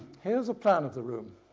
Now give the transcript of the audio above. here's the plan of the room,